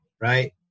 Right